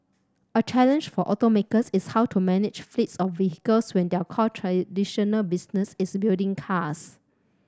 a challenge for automakers is how to manage fleets of vehicles when their core traditional business is building cars